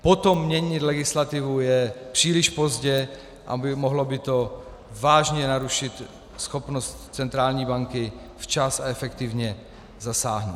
Potom měnit legislativu je příliš pozdě a mohlo by to vážně narušit schopnost centrální banky včas a efektivně zasáhnout.